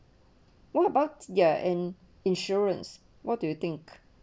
what about ya and insurance what do you think